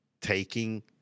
taking